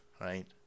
right